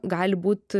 gali būt